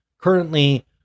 Currently